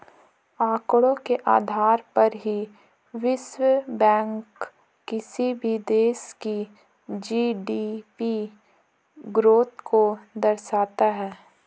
आंकड़ों के आधार पर ही विश्व बैंक किसी भी देश की जी.डी.पी ग्रोथ को दर्शाता है